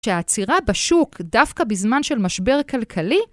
שהעצירה בשוק, דווקא בזמן של משבר כלכלי